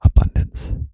abundance